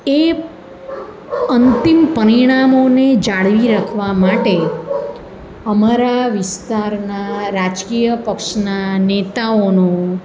એ અંતિમ પરિણામોને જાળવી રાખવા માટે અમારા વિસ્તારના રાજકીય પક્ષના નેતાઓનો